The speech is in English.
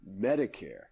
Medicare